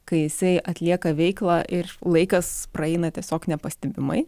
kai jisai atlieka veiklą ir laikas praeina tiesiog nepastebimai